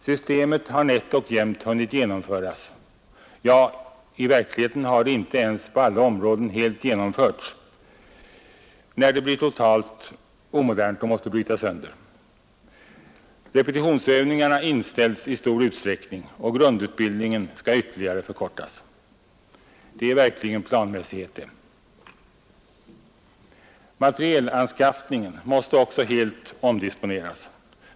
Systemet har nätt och jämnt hunnit genomföras — ja, i verkligheten har det inte ens på alla områden ännu genomförts — när det totalt måste brytas sönder. Repetitionsövningarna inställs i stor utsträckning och grundutbildningen skall ytterligare förkortas. Det är verkligen planmässighet! Materielanskaffningen måste också helt omdisponeras.